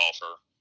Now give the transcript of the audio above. golfer